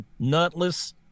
nutless